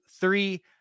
three